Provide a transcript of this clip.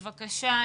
בשמחה.